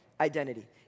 identity